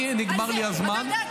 אתה יודע,